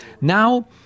Now